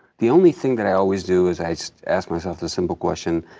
the only thing that i always do is i ask myself the simple question,